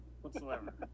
whatsoever